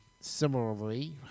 Similarly